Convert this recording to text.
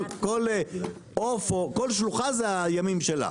כל שלוחה זה הימים שלה.